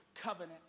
covenant